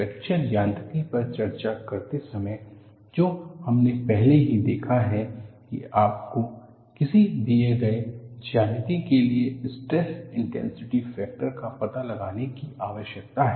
fracture यांत्रिकी पर चर्चा करते समय जो हमने पहले ही देखा है कि आपको किसी दिए गए ज्यामिति के लिए स्ट्रेस इंटेंसिटी फैक्टरस का पता लगाने की आवश्यकता है